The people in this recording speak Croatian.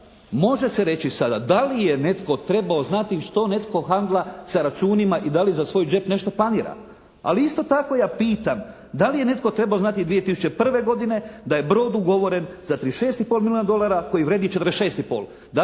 Može se reći sada da li je netko trebao znati što netko handla sa računima i da li za svoj đep nešto planira. Ali isto tako ja pitam da li je netko trebao znati 2001. godine da je brod ugovoren za 36 i pol milijuna dolara koji vrijedi 46